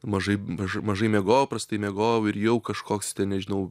mažai maž mažai miegojau prastai miegojau ir jau kažkoks nežinau